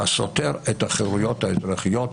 והסותר את החירויות האזרחיות".